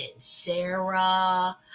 Sarah